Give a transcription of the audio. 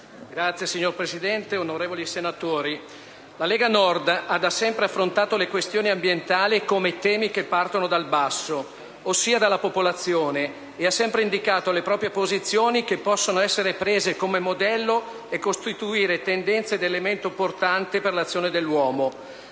Signor Presidente, onorevoli senatori, la Lega Nord ha da sempre affrontato le questioni ambientali come temi che partono dal basso, ossia dalla popolazione, e ha sempre indicato le proprie posizioni che possono essere prese come modello e costituire tendenza ed elemento portante per l'azione dell'uomo.